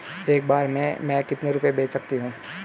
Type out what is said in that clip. एक बार में मैं कितने रुपये भेज सकती हूँ?